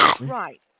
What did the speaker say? Right